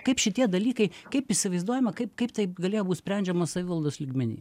kaip šitie dalykai kaip įsivaizduojama kaip kaip tai galėjo būt sprendžiama savivaldos lygmeny